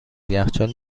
یخچال